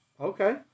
Okay